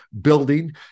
building